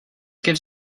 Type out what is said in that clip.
gives